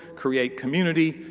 create community,